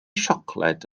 siocled